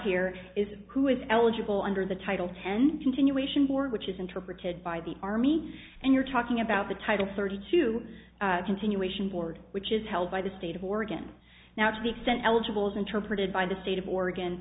here is who is eligible under the title ten continuation board which is interpreted by the army and you're talking about the title thirty two continuation board which is held by the state of oregon now to the extent eligibles interpreted by the state of oregon